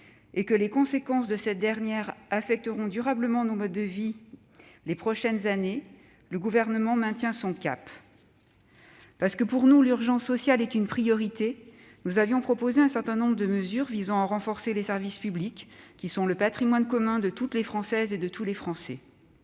et que les conséquences de cette crise affecteront durablement nos modes de vie les prochaines années, le Gouvernement maintient son cap. Parce que, pour nous, l'urgence sociale est une priorité, nous avions proposé un certain nombre de mesures visant à renforcer les services publics, qui sont le patrimoine commun de toutes les Françaises et de tous les Français.